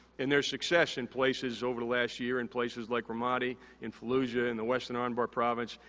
and, their success in places over the last year, in places like ramadi, in fallujah, in the western anbar province,